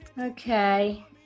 Okay